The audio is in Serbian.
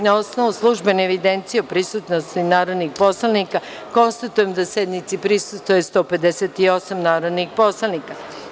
Na osnovu službene evidencije o prisutnosti narodnih poslanika, konstatujem da sednici prisustvuje 158 narodnih poslanika.